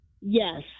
Yes